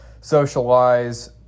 socialize